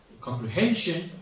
comprehension